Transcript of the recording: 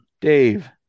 Dave